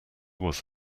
was